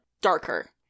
darker